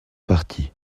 partie